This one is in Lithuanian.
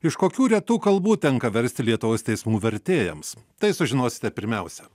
iš kokių retų kalbų tenka versti lietuvos teismų vertėjams tai sužinosite pirmiausia